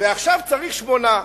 ועכשיו צריך שמונה.